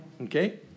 Okay